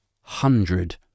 hundred